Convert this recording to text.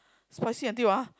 spicy until ah